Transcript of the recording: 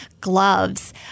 gloves